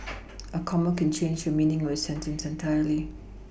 a comma can change the meaning of a sentence entirely